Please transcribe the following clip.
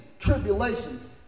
tribulations